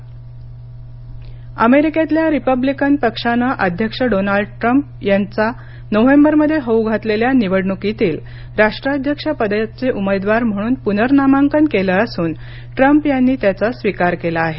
Trump अमेरिकेतल्या Republican पक्षानं अध्यक्ष डोनाल्ड ट्रम्प यांचा नोव्हेंबरमध्ये होऊ घातलेल्या निवडणुकीतील राष्ट्राध्यक्षपदाचे उमेदवार म्हणून पुनर्नामांकन केलं असून ट्रम्प यांनी त्याचा स्वीकार केला आहे